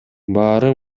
баары